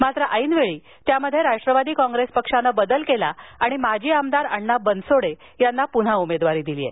मात्र ऐनवेळी त्यामध्ये राष्ट्रवादी काँग्रेस पक्षानं बदल करून माजी आमदार अण्णा बनसोडे यांना पुन्हा उमेदवारी दिली आहे